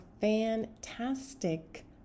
fantastic